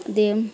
ते